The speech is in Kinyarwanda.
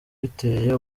biteye